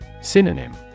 Synonym